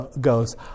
goes